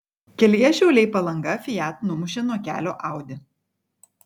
kelyje šiauliai palanga fiat numušė nuo kelio audi